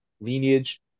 lineage